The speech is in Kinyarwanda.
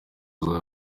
wawe